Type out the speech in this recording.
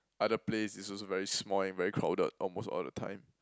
other place is also very small and very crowded almost all the time